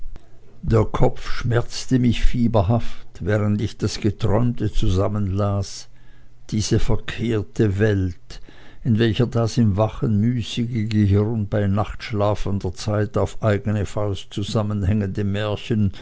der kopf schmerzte mich fieberhaft während ich das geträumte zusammenlas diese verkehrte welt in welcher das im wachen müßige gehirn bei nachtschlafender zeit auf eigene faust zusammenhängende märchen